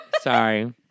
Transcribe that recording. Sorry